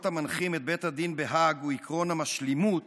המנחים את בית הדין בהאג הוא עקרון המשלימות,